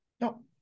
No